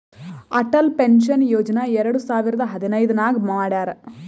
Atal pension Yojana ಎರಡು ಸಾವಿರದ ಹದಿನೈದ್ ನಾಗ್ ಮಾಡ್ಯಾರ್